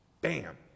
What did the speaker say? Bam